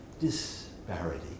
disparity